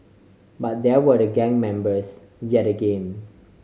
but there were the gang members yet again